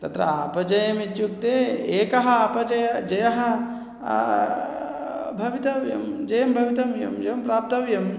तत्र अपजयमित्युक्ते एकः अपजयं जयं भवितव्यं जयं भवितव्यम् एवं प्राप्तव्यम्